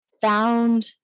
found